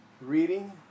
reading